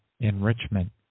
enrichment